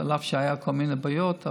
אף שהיו כל מיני בעיות,